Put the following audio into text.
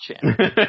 Champion